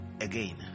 again